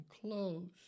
close